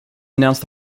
announced